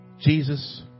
Jesus